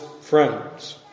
friends